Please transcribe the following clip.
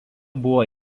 buvo